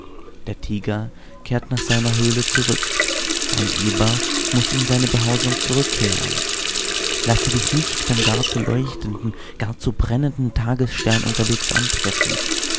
der tiger kehrt nach seiner höhle zurück mein eber muß in seine behausung zurückkehren lasse dich nicht vom gar zu leuchtenden gar zu brennenden tagesstern unterwegs antreffen